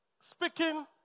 Speaking